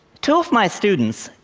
two of my students,